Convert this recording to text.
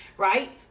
right